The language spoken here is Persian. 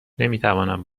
نمیتوانم